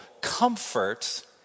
comfort